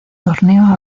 torneo